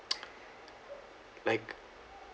like